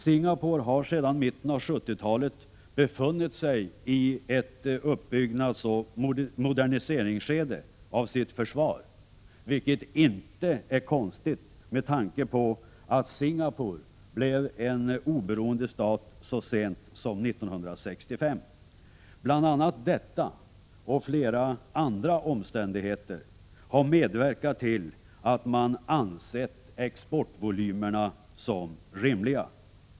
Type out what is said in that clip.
Singapore har sedan mitten av 70-talet befunnit sig i ett uppbyggnadsoch moderniseringsskede av sitt försvar, vilket inte är konstigt med tanke på att Singapore blev oberoende stat så sent som 1965. Detta och flera andra omständigheter har medverkat till att man ansett exportvolymerna som rimliga.